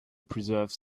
preserves